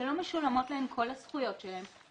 שלא משולמות להם כל הזכויות שלהם,